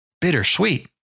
bittersweet